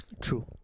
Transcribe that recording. True